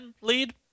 lead